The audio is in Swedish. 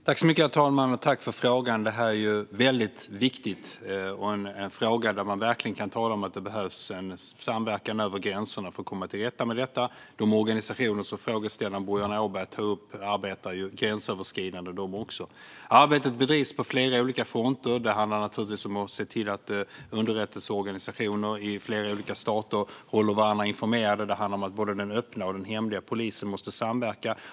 Herr talman! Tack för frågan, ledamoten! Det här är väldigt viktigt och en fråga där man verkligen kan tala om att det behövs en samverkan över gränserna för att komma till rätta med detta. De organisationer som frågeställaren Boriana Åberg tar upp arbetar också de gränsöverskridande. Arbetet bedrivs på flera olika fronter. Det handlar om att se till att underrättelseorganisationer i flera olika stater håller varandra informerade. Det handlar om att både den öppna och den hemliga polisen måste samverka.